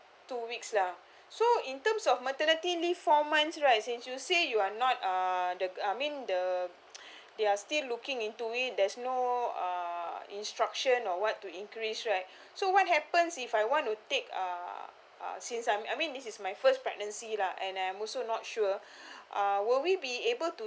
two weeks lah so in terms of maternity leave four months right since you say you are not uh the I mean the they are still looking into it there's no uh instruction or what to increase right so what happens if I want to take uh uh since I'm I mean this is my first pregnancy lah and I'm also not sure uh will we be able to